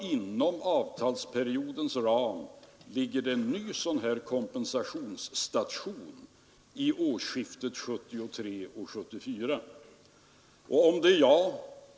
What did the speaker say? Inom avtalsperioden ligger ytterligare en sådan här kompensationsstation, nämligen vid årsskiftet 1973—1974.